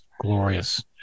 Glorious